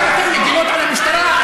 עכשיו אתן מגינות על המשטרה?